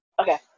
Okay